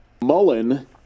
Mullen